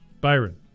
Byron